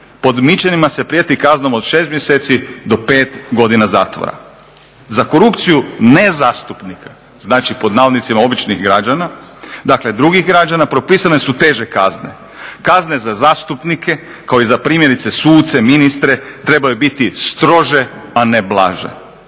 podmićenima se prijeti kaznom od 6 mjeseci do 5 godina zatvora. Za korupciju nezastupnika, znači pod navodnicima "običnih građana" dakle drugih građana propisane su teže kazne. Kazne za zastupnike kao i za primjerice suce, ministre trebaju biti strože a ne blaže.